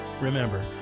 Remember